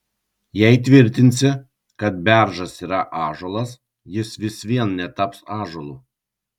jei tvirtinsi kad beržas yra ąžuolas jis vis vien netaps ąžuolu